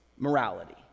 morality